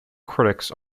critics